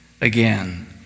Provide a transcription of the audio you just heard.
Again